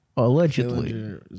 Allegedly